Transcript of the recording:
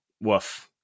woof